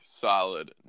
solid